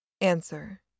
Answer